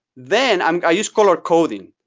then um i use colored coding,